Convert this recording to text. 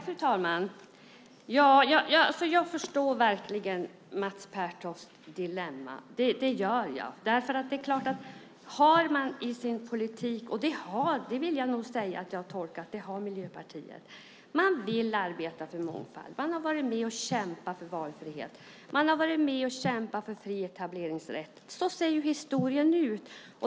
Fru talman! Jag förstår verkligen Mats Pertofts dilemma. Miljöpartiet har arbetat för mångfald. Ni har kämpat för valfrihet och fri etableringsrätt. Så ser historien ut.